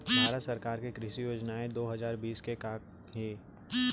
भारत सरकार के कृषि योजनाएं दो हजार बीस के का हे?